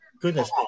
goodness